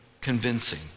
convincing